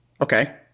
Okay